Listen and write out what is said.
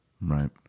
Right